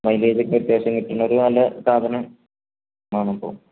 mileage ഒക്കെ അത്യാവശ്യം കിട്ടുന്ന ഒരു ഒരു നല്ല സാധനം വേണം അപ്പോൾ